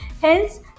Hence